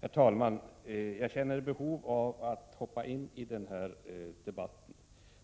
Herr talman! Jag känner behov av att hoppa in i den här debatten.